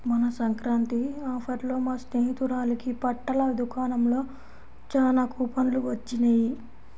మొన్న సంక్రాంతి ఆఫర్లలో మా స్నేహితురాలకి బట్టల దుకాణంలో చానా కూపన్లు వొచ్చినియ్